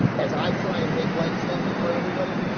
as i try and make life safer for everybody,